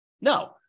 No